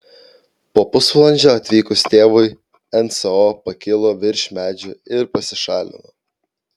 po pusvalandžio atvykus tėvui nso pakilo virš medžių ir pasišalino